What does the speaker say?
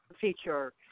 feature